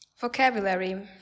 Vocabulary